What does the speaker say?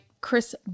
Chris